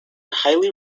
highly